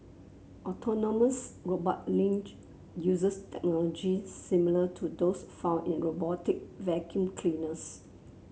autonomous robot Lynx uses technology similar to those found in robotic vacuum cleaners